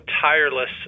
tireless